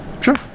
sure